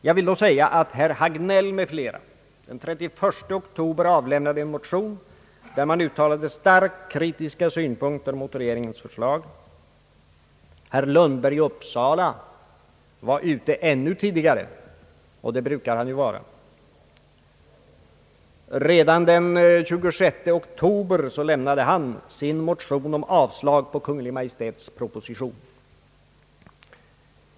Jag vill då säga att herr Hagnell m.fl. den 31 oktober avlämnade en motion, där man uttalade starkt kritiska synpunkter mot regeringens förslag. Herr Lundberg i Uppsala var ute ännu tidigare — det brukar han ju vara. Redan den 26 oktober lämnade han sin motion om avslag på Kungl. Maj:ts proposition.